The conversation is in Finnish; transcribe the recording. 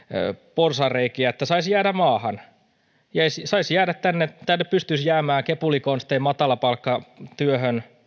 porsaanreikiä niin että saisivat jäädä maahan tänne tänne pystyisivät jäämään kepulikonstein matalapalkkatyöhön